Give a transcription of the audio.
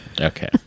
Okay